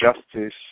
justice